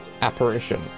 apparition